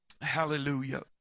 Hallelujah